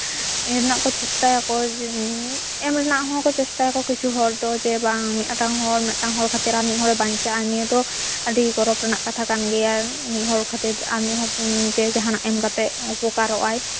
ᱮᱢ ᱨᱮᱱᱟᱜ ᱠᱚ ᱪᱮᱥᱴᱟᱭᱟᱠᱚ ᱮᱢ ᱨᱮᱱᱟᱜ ᱦᱚᱸᱠᱚ ᱪᱮᱥᱴᱟᱭᱟᱠᱚ ᱠᱤᱪᱷᱩ ᱦᱚᱲ ᱫᱚ ᱡᱮ ᱵᱟᱝ ᱢᱤᱫᱴᱟᱝ ᱦᱚᱲ ᱢᱤᱫᱴᱟᱝ ᱦᱚᱲ ᱠᱷᱟᱹᱛᱤᱨ ᱟᱨ ᱢᱤᱫ ᱦᱚᱲᱮ ᱵᱟᱧᱪᱟᱜᱼᱟ ᱱᱤᱭᱟᱹ ᱫᱚ ᱟᱹᱰᱤ ᱜᱚᱨᱚᱵᱽ ᱨᱮᱱᱟᱜ ᱠᱟᱛᱷᱟ ᱠᱟᱱ ᱜᱮᱭᱟ ᱢᱤᱫ ᱦᱚᱲ ᱠᱷᱟᱹᱛᱤᱨ ᱟᱨ ᱢᱤᱫ ᱦᱚᱲ ᱡᱮ ᱡᱟᱦᱟᱱᱟᱜ ᱮᱢ ᱠᱟᱛᱮᱫ ᱩᱯᱚᱠᱟᱨᱚᱜ ᱟᱭ